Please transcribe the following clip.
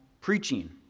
preaching